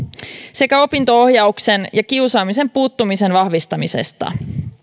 sekä opinto ohjauksen ja kiusaamiseen puuttumisen vahvistamisesta